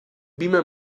beamer